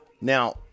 now